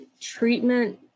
treatment